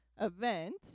event